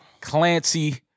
Clancy